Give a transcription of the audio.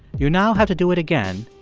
you now have to do it again,